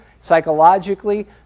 psychologically